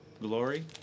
glory